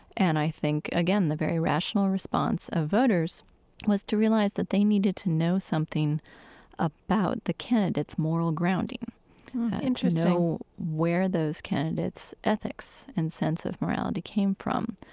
and i think, again, the very rational response of voters was to realize that they needed to know something about the candidate's moral grounding interesting to know where those candidates' ethics and sense of morality came from.